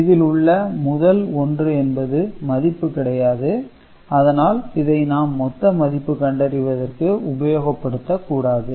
இதில் உள்ள முதல் 1 என்பது மதிப்பு கிடையாது அதனால் இதை நாம் மொத்த மதிப்பு கண்டறிவதற்கு உபயோகப்படுத்தக் கூடாது